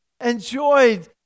enjoyed